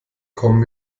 kommen